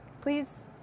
please